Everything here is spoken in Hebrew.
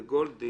גולדי